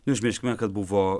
neužmirškime kad buvo